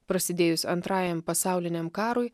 prasidėjus antrajam pasauliniam karui